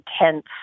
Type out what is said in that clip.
intense